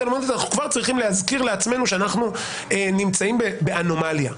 הזו אנחנו כבר צריכים להזכיר לעצמנו שאנחנו נמצאים באנומליה.